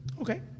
Okay